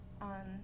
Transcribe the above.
on